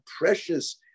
precious